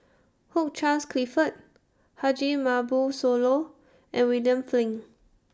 Hugh Charles Clifford Haji Ambo Sooloh and William Flint